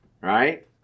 Right